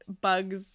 bugs